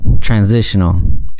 transitional